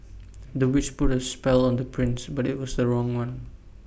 the witch put A spell on the prince but IT was the wrong one